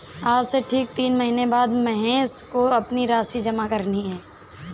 आज से ठीक तीन महीने बाद महेश को अपनी राशि जमा करनी है